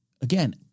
again